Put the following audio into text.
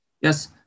Yes